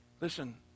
Listen